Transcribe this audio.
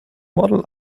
model